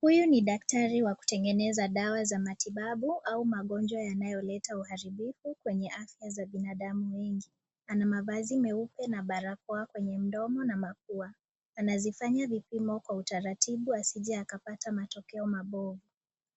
Huyu ni daktari wa kutengeneza dawa za matibabu au magonjwa yanayoleta uharibifu kwenye afya ya binadamu wengi. Ana mavazi meupe na barakoa kwenye mdomo na mapua anazifanya vipimo kwenye utaratibu asije akapata matokeo mabovu.